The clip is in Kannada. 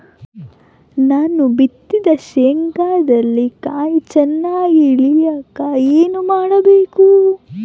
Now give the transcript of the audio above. ನಾನು ಬಿತ್ತಿದ ಶೇಂಗಾದಲ್ಲಿ ಕಾಯಿ ಚನ್ನಾಗಿ ಇಳಿಯಕ ಏನು ಮಾಡಬೇಕು?